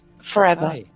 forever